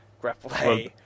Grapple